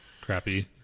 crappy